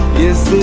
is